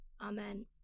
Amen